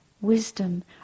Wisdom